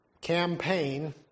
campaign